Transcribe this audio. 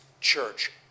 church